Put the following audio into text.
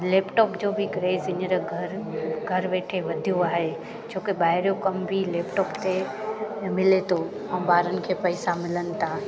laptop जो बि craze हींअर घर घर वेठे वधियो आहे छो त ॿाहिरियों कम बि लेपटॉप ते मिले थो ऐं ॿारनि खे पैसा मिलनि था